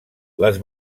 les